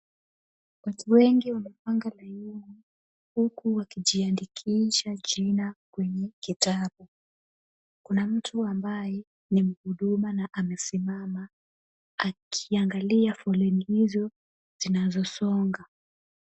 Watu wengi wamepanga laini huku wakijiandikisha jina kwenye kitabu. Kuna mtu ambaye ni mhuduma na amesimama akiangalia foleni hizo zinazosonga.